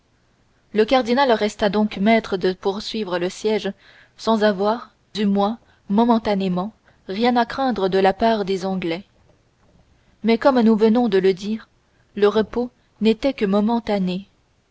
le cardinal resta donc maître de poursuivre le siège sans avoir du moins momentanément rien à craindre de la part des anglais mais comme nous venons de le dire le repos n'était que momentané